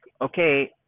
okay